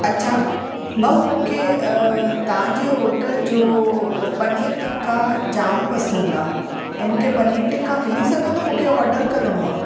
अच्छा भाउ मूंखे तव्हांजे होटल जो पनीर टिका जाम पंसदि आहे त मूंखे पनीर टिका मिली सघंदो मूंखे ऑर्डर करिणो आहे